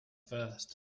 first